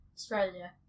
Australia